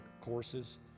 courses